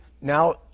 now